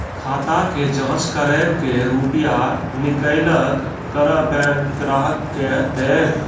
खाता के जाँच करेब के रुपिया निकैलक करऽ बैंक ग्राहक के देब?